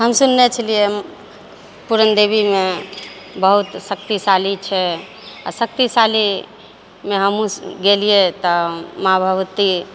हम सुनने छलियै पूरन देवीमे बहुत शक्तिशाली छै आ शक्तिशालीमे हमहूँ गेलियै तऽ माँ भगवती